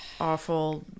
awful